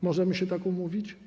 Możemy się tak umówić?